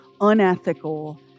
unethical